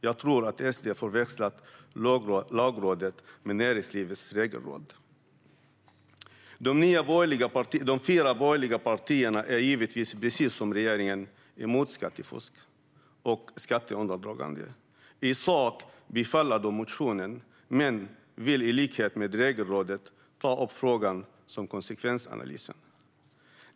Jag tror att SD har förväxlat Lagrådet med Näringslivets regelråd. De fyra borgerliga partierna är givetvis, precis som regeringen, emot skattefusk och skatteundandragande. I sak bifaller de motionen, men de vill, i likhet med Regelrådet, ta upp frågan om konsekvensanalysen.